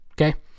Okay